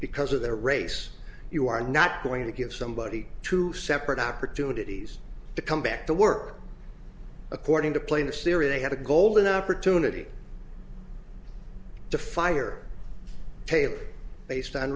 because of their race you are not going to give somebody true separate opportunities to come back to work according to plane to syria they had a golden opportunity to fire taylor based on